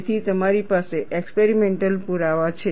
તેથી તમારી પાસે એક્સપેરિમેન્ટલ પુરાવા છે